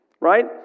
Right